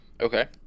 Okay